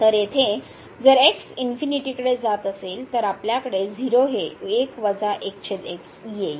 तर येथे जर x कडे जात असेल तर आपल्याकडे 0 ही येईल